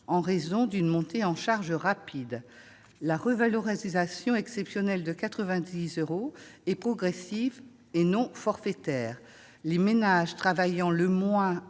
en raison d'une montée en charge rapide. La revalorisation exceptionnelle de 90 euros est progressive, et non forfaitaire : les ménages travaillant le moins